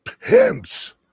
Pence